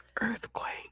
Earthquake